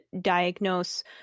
diagnose